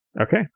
Okay